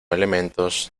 elementos